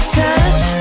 touch